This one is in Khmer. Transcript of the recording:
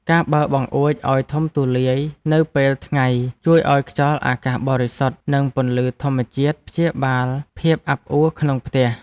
ការបើកបង្អួចឱ្យធំទូលាយនៅពេលថ្ងៃជួយឱ្យខ្យល់អាកាសបរិសុទ្ធនិងពន្លឺធម្មជាតិព្យាបាលភាពអាប់អួក្នុងផ្ទះ។